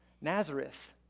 Nazareth